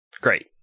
great